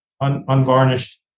unvarnished